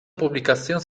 publicación